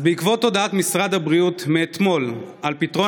אז בעקבות הודעת משרד הבריאות מאתמול על פתרון